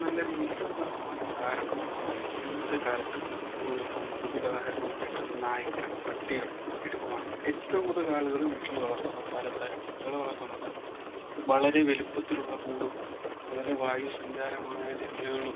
നല്ല രീതിയിൽ തന്നെ ഉറപ്പാക്കാം കാരണം ഇന്നത്തെ കാലത്ത് നമ്മളിപ്പം ഉദാഹരണമായിട്ട് നായ്ക്കളെ പട്ടികളെ എടുക്കുവാണെങ്കിൽ ഏറ്റവും കൂടുതൽ ആളുകള് വീട്ടില് വളർത്തുന്ന പല തരം പട്ടികളെ വളർത്തുന്നുണ്ട് വളരെ വലിപ്പത്തിലുള്ള കൂടും വളരെ വായു സഞ്ചാരമായ ജനലുകളും